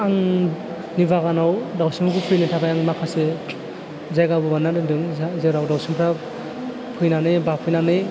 आंनि बागानाव दावसिनफोरखौ फैनो थाखाय आं माखासे जायगाबो बानायना दोन्दों जेराव दावसिनफ्रा फैनानै बाफैनानै